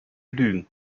lügen